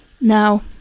Now